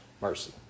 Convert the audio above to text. mercy